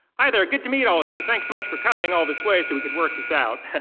hi there, good to meet all of you. thanks so much for coming all this way so we could work this out.